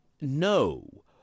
no